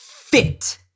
fit